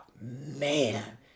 man